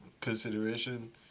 consideration